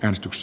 äänestys